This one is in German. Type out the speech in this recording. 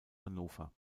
hannover